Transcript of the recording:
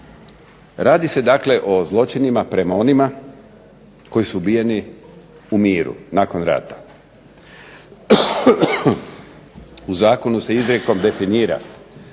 Radi se dakle o zločinima prema onima koji su ubijeni u miru, nakon rata. U zakonu se izrijekom definira